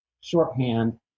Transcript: shorthand